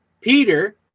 Peter